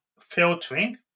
filtering